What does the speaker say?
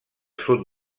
sud